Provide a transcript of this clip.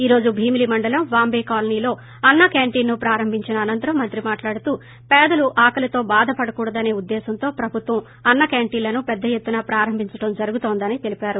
ఈ రోజు భీమిలి మండలం వాంట్ కాలనీలో అన్నా క్యాంటిన్ ను ప్రారంభించిన అనంతరం మంత్రి మాట్లాడుతూ పేదలు ఆకలితో బాదపడకూడదనే ఉద్దేశ్వంతో ప్రభుత్వం అన్నాకాంటీన్లను పెద్ద ఎత్తున ప్రారంభించడం జరుగుతుందన్నారు